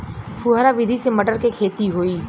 फुहरा विधि से मटर के खेती होई